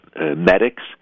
medics